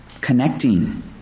connecting